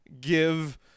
give